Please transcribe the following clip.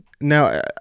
Now